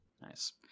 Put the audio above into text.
Nice